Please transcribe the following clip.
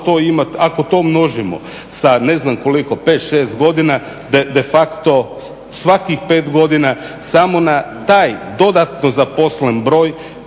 godinu. Ako to množimo sa 5-6 godina de facto svakih 5 godina samo na taj dodatno zaposlen broj